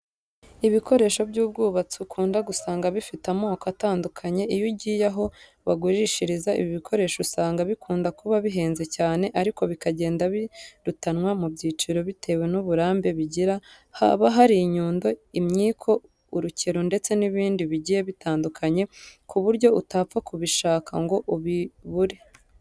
Ibikoresho by'ubwubatsi ukunda gusanga bifite amoko atandukanye. Iyo ugiye aho bagurishiriza ibi bikoresho usanga bikunda kuba bihenze cyane ariko bikagenda birutanwa mu biciro bitewe n'uburambe bigira. Haba hari inyundo, imyiko, urukero ndetse n'ibindi bigiye bitandukanye ku buryo utapfa kubishaka ngo ubibure.